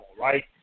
right